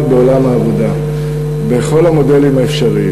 בעולם העבודה בכל המודלים האפשריים.